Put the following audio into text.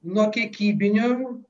nuo kiekybinių